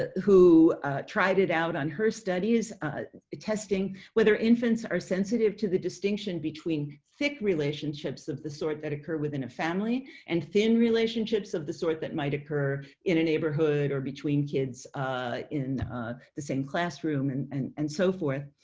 who tried it out on her studies testing whether infants are sensitive to the distinction between thick relationships of the sort that occur within a family and thin relationships of the sort that might occur in a neighborhood or between kids. elizabeth spelke ah in the same classroom and and and so forth.